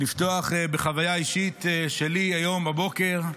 אני רוצה לפתוח בחוויה אישית שלי היום בבוקר.